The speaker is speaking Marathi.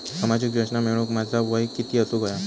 सामाजिक योजना मिळवूक माझा वय किती असूक व्हया?